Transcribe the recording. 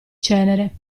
cenere